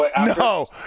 No